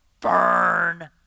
burn